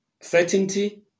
certainty